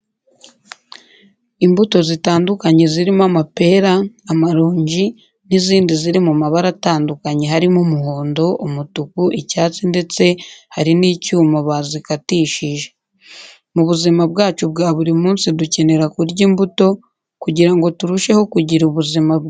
Imbuto zitandukanye zirimo amapera, amaronji, nizindi ziri mu mabara atandukanye harimo umuhondo, umutuku, icyatsi ndetse hari n'icyuma bazikatishije. Mubuzima bwacu bwa buri munsi dukenera kurya imbuto kugira ngo turusheho kugira ubuzima bwiza kandi buzira umuze.